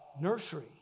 nursery